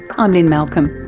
um lynne malcolm.